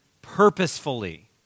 purposefully